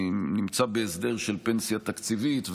נמצא בהסדר של פנסיה תקציבית.